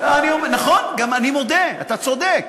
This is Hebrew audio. נכון, אני מודה, אתה צודק.